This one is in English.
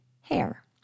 Hair